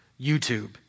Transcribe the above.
YouTube